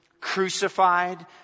crucified